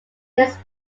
his